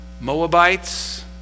Moabites